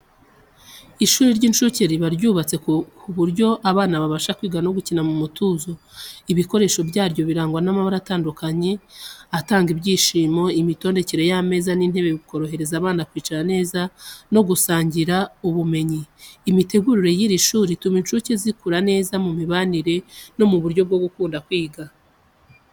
Ishuri ry'incuke riba ryubatse ku buryo abana babasha kwiga no gukina mu mutuzo. Ibikoresho byaryo birangwa n’amabara atanga ibyishimo, imitondekere y’ameza n’intebe bikorohereza abana kwicara neza no gusangira ubumenyi. Imitegurire y’iri shuri, ituma incuke zikura neza mu mibanire no mu buryo bwo gukunda kwiga.